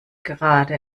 gerade